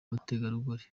umutegarugori